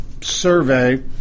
survey